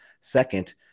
Second